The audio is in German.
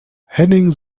henning